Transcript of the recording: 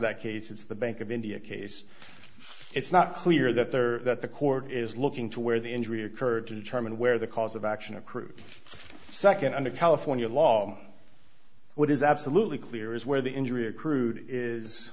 that case it's the bank of india case it's not clear that there are that the court is looking to where the injury occurred to determine where the cause of action accrued second under california law what is absolutely clear is where the injury accrued is